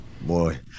Boy